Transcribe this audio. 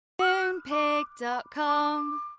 Moonpig.com